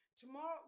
Tomorrow